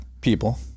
people